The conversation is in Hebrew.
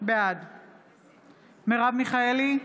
בעד מרב מיכאלי,